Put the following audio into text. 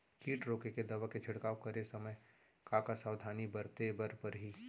किट रोके के दवा के छिड़काव करे समय, का का सावधानी बरते बर परही?